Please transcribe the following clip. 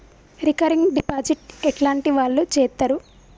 Recurring deposit ఎట్లాంటి వాళ్లు చేత్తరు?